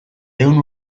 ehun